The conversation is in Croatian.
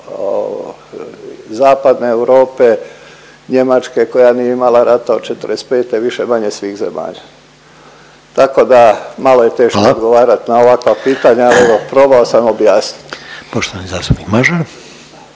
Zapadne Europe, Njemačke koja nije imala rata od '45. više-manje svih zemalja. Tako da malo je teško … …/Upadica Željko Reiner: Hvala./… … odgovarat na ovakva pitanja ali evo probao sam objasniti.